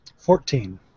Fourteen